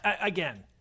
Again